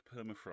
permafrost